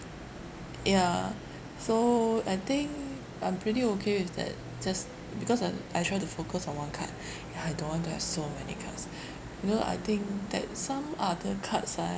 ya so I think I'm pretty okay with that just because uh I try to focus on one card ya I don't want to have so many cards you know I think that some other cards are